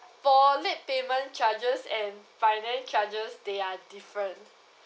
for late payment charges and finance charges they are different